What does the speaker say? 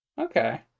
Okay